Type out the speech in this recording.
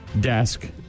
desk